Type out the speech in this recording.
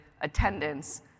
attendance